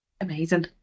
Amazing